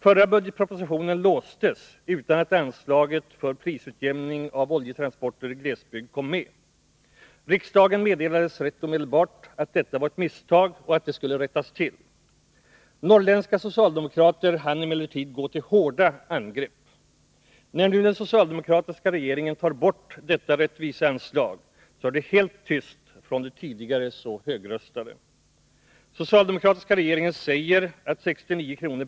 Förra budgetpropositionen låstes utan att anslaget för prisutjämning av oljetransporter i glesbygd kom med. Riksdagen meddelades tämligen omedelbart att detta var ett misstag och att det skulle rättas till. Norrländska socialdemokrater hann emellertid gå till hårda angrepp. När nu den socialdemokratiska regeringen tar bort detta rättviseanslag så är det helt tyst från de tidigare så högröstade. Den socialdemokratiska regeringen säger att 69 kr.